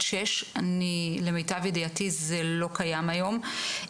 18:00. למיטב ידיעתי זה לא קיים היום.